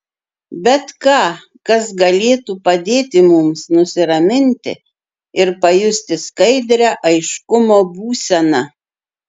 bet ką kas galėtų padėti mums nusiraminti ir pajusti skaidrią aiškumo būseną